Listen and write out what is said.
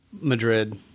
Madrid